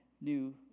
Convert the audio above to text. new